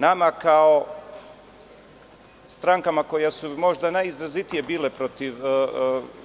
Nama kao strankama koje su možda najizrazitije bile protiv